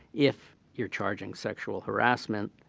if you're charging sexual harassment,